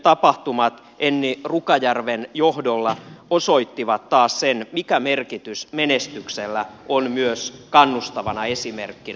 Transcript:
sotsin tapahtumat enni rukajärven johdolla osoittivat taas sen mikä merkitys menestyksellä on myös kannustavana esimerkkinä